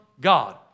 God